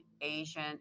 asian